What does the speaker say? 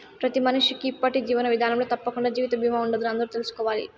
ప్రతి మనిషికీ ఇప్పటి జీవన విదానంలో తప్పకండా జీవిత బీమా ఉండాలని అందరూ తెల్సుకోవాలి